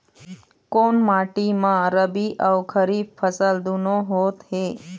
कोन माटी म रबी अऊ खरीफ फसल दूनों होत हे?